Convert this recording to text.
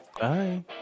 Bye